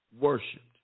worshipped